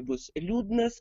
bus liūdnas